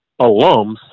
alums